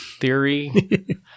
theory